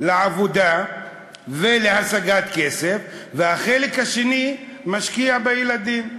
לעבודה ולהשגת כסף, ואת החלק השני משקיע בילדים.